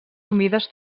humides